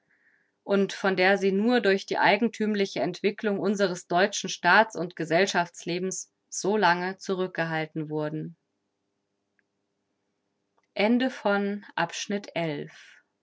und von der sie nur durch die eigenthümliche entwicklung unseres deutschen staats und gesellschaftslebens so lange zurückgehalten wurden